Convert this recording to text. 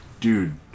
dude